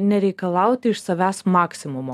nereikalauti iš savęs maksimumo